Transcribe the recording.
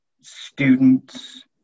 students